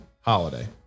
holiday